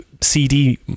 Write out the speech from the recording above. CD